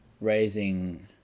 raising